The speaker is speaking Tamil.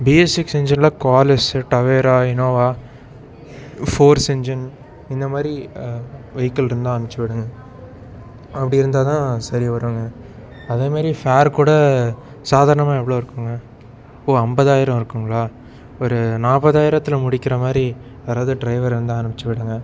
பேஸிக்ஸ் இஞ்சினில் Qualis Tavera Innova Force engine இந்தமாதிரி வெஹிக்கள் இருந்தால் அனுப்பிச்சி விடுங்க அப்படி இருந்தால் தான் சரி வரும்ங்க அதேமாதிரி ஃபேர் கூட சாதாரணமாக எவ்வளோ இருக்கும்ங்க ஓ ஐம்பதாயிரம் இருக்கும்ங்களா ஒரு நாற்பதாயிரத்துல முடிக்கிற மாதிரி வேற எதுவும் ட்ரைவர் இருந்தால் அனுப்பிச்சி விடுங்கள்